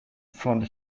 front